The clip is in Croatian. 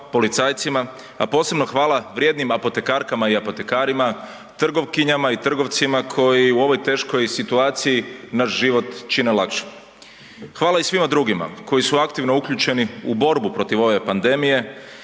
policajcima, a posebno hvala vrijednim apotekarkama i apotekarima, trgovkinjama i trgovcima koji u ovoj teškoj situaciji naš život čine lakšim. Hvala i svima drugima koji su aktivno uključeni u borbu protiv ove pandemije